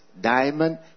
diamond